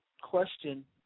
question